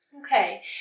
Okay